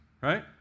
right